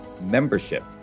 membership